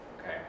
okay